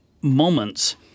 moments